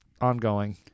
ongoing